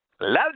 Love